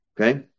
okay